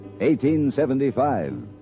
1875